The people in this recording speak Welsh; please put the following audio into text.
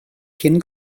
cyn